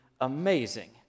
amazing